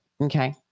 Okay